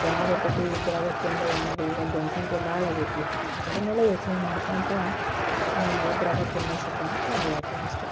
ಯಾವುದಿರ್ತತಿ ಇದ್ದರಾಗ ತಿಂದು ಉಣ್ಣೋದು ಈಗ ಜನಸಂಖ್ಯೆ ಭಾಳ ಆಗೈತಿ ಅದನ್ನೆಲ್ಲ ಯೋಚನೆ ಮಾಡ್ಕೊತ ಇದರಾಗ ತಿನ್ನೋ ಸುಖ ಅಷ್ಟೇ